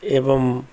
ଏବଂ